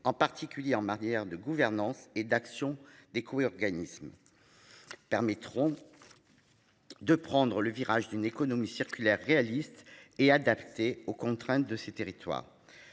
en particulier en matière de gouvernance et d'action Découvrez organisme. Permettront. De prendre le virage d'une économie circulaire réaliste et adapté aux contraintes de ces territoires.